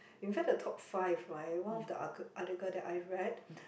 in fact the top five right one of the arcle~ article that I read